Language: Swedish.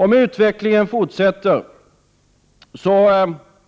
Om utvecklingen fortsätter,